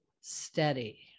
steady